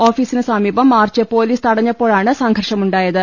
ഓഫീസിന് സമീപം march police തടഞ്ഞപ്പോഴാണ് സംഘർഷമുണ്ടാ യത്